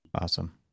awesome